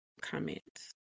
comments